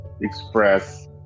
express